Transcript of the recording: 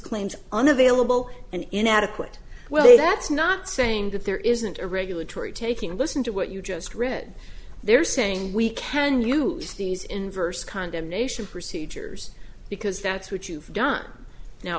claims unavailable and inadequate well that's not saying that there isn't a regulatory taking listen to what you just read they're saying we can use these inverse condemnation procedures because that's what you've done now